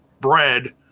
bread